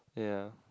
yeah